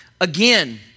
again